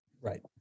Right